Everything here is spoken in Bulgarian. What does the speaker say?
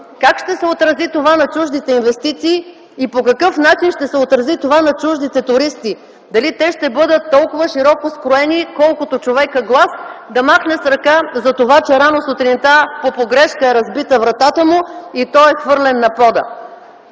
Как ще се отрази това на чуждите инвестиции по какъв начин ще се отрази това на чуждите туристи? Дали те ще бъдат толкова широко скроени, колкото Човекът глас – да махнем с ръка, че рано сутринта по погрешка е разбита вратата му и той е хвърлен на пода?